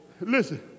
Listen